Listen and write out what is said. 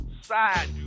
side